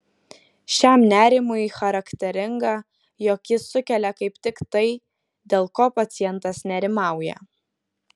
šiam nerimui charakteringa jog jis sukelia kaip tik tai dėl ko pacientas nerimauja